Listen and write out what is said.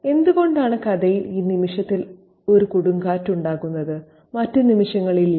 എന്തുകൊണ്ടാണ് കഥയിൽ ഈ നിമിഷത്തിൽ ഒരു കൊടുങ്കാറ്റ് ഉണ്ടാകുന്നത് മറ്റ് നിമിഷങ്ങളിൽ ഇല്ല